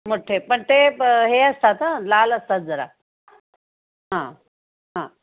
मोठ्ठे पण ते प हे असतात हा लाल असतात जरा हां हां